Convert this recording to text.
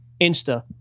Insta